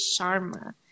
Sharma